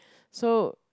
so